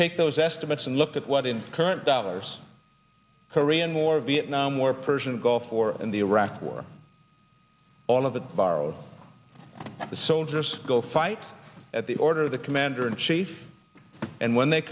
take those estimates and look at what in current dollars korean war vietnam war persian gulf war and the iraq war all of that borrow the soldiers go fight at the order of the commander in chief and when they